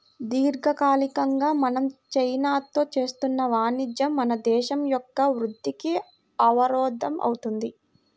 దీర్ఘకాలికంగా మనం చైనాతో చేస్తున్న వాణిజ్యం మన దేశం యొక్క వృద్ధికి అవరోధం అవుతుంది